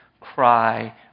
cry